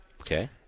Okay